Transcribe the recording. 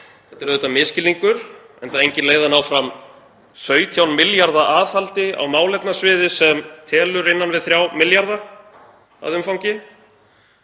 Þetta er auðvitað misskilningur, enda engin leið að ná fram 17 milljarða aðhaldi á málefnasviði sem telur innan við 3 milljarða að umfangi.